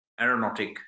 aeronautic